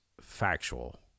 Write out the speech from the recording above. factual